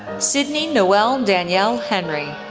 sydnee noelle danielle henry,